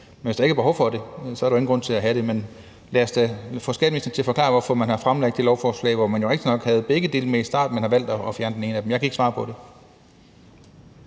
men hvis der ikke er behov for det, er der jo ingen grund til at have det. Men lad os da få skatteministeren til at forklare, hvorfor man har fremlagt det lovforslag, hvor man jo rigtigt nok havde begge dele med i starten, men har valgt at fjerne den ene af dem. Jeg kan ikke svare på det.